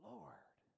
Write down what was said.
Lord